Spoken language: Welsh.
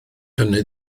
hynny